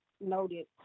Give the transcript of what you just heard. noted